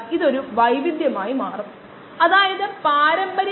അതായത് t2